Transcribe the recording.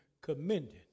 commended